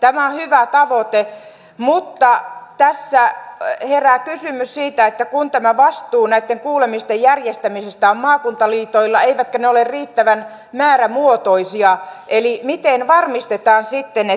tämä on hyvä tavoite mutta tässä herää kysymys siitä kun tämä vastuu näitten kuulemisten järjestämisestä on maakuntaliitoilla eivätkä ne ole riittävän määrämuotoisia miten varmistetaan sitten